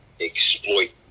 exploit